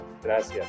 Gracias